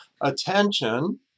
attention